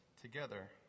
together